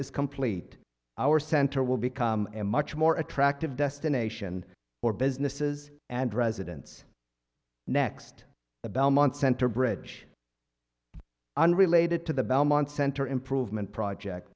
is complete our center will become a much more attractive destination for businesses and residents next the belmont center bridge unrelated to the belmont center improvement project